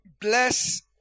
Bless